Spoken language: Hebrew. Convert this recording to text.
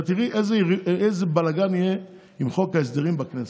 את תראי איזה בלגן יהיה עם חוק ההסדרים בכנסת.